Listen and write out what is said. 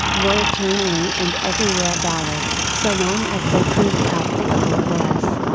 were eternally and everywhere valid, so long as they prove practicable for us.